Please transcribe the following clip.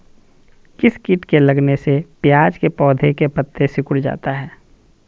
किस किट के लगने से प्याज के पौधे के पत्ते सिकुड़ जाता है?